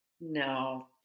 No